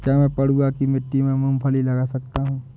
क्या मैं पडुआ की मिट्टी में मूँगफली लगा सकता हूँ?